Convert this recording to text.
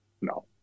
No